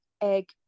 egg